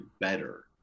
better